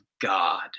God